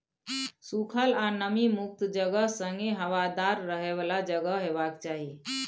सुखल आ नमी मुक्त जगह संगे हबादार रहय बला जगह हेबाक चाही